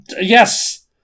Yes